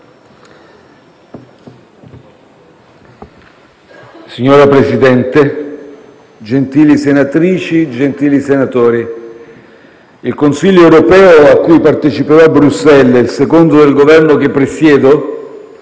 Signor Presidente, gentili senatrici, gentili senatori, il Consiglio europeo a cui parteciperò a Bruxelles, il secondo del Governo che presiedo,